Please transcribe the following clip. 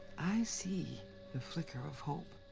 i see the flicker of hope.